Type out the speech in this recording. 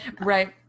right